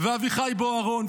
אביחי בוארון,